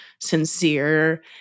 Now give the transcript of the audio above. sincere